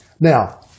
Now